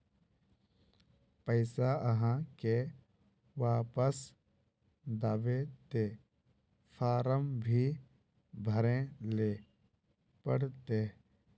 पैसा आहाँ के वापस दबे ते फारम भी भरें ले पड़ते?